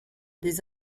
des